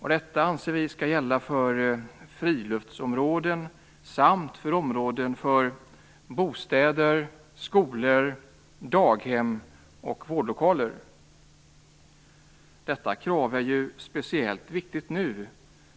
Detta anser vi skall gälla för friluftsområden samt för områden för bostäder, skolor, daghem och vårdlokaler. Detta krav är ju speciellt viktigt nu